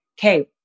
okay